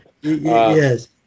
yes